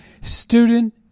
student